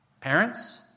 Parents